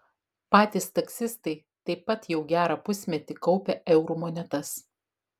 patys taksistai taip pat jau gerą pusmetį kaupia eurų monetas